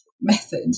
method